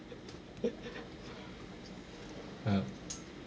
ah